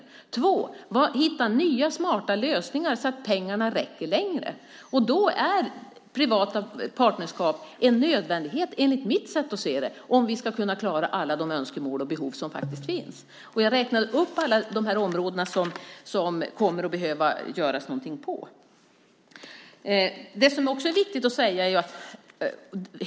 Vi måste också hitta nya smarta lösningar så att pengarna räcker längre. Då är privata partnerskap en nödvändighet, enligt mitt sätt att se, om vi ska klara alla önskemål och behov som finns. Jag räknade upp alla de områden där något kommer att behöva göras.